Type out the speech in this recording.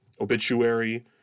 obituary